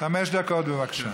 חמש דקות, בבקשה.